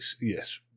Yes